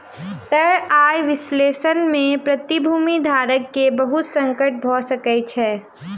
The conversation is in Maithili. तय आय विश्लेषण में प्रतिभूति धारक के बहुत संकट भ सकै छै